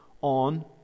on